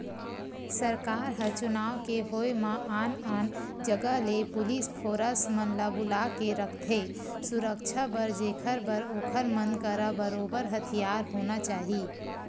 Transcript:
सरकार ह चुनाव के होय म आन आन जगा ले पुलिस फोरस मन ल बुलाके रखथे सुरक्छा बर जेखर बर ओखर मन करा बरोबर हथियार होना चाही